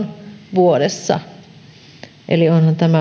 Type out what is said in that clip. vuodessa onhan tämä